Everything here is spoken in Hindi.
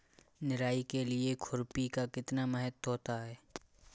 निराई के लिए खुरपी का कितना महत्व होता है?